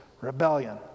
rebellion